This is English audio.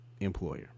employer